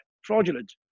fraudulent